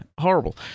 Horrible